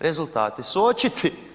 Rezultati su očiti.